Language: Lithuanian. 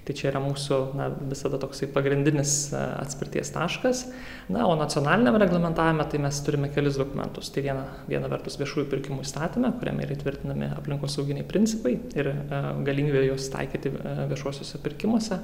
tai čia yra mūsų na visada toksai pagrindinis atspirties taškas na o nacionaliniam reglamentavime tai mes turime kelis dokumentus tai viena viena vertus viešųjų pirkimų įstatyme kuriame yra įtvirtinami aplinkosauginiai principai ir galimybė juos taikyti viešuosiuose pirkimuose